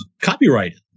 copyrighted